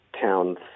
town's